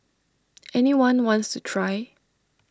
any one wants try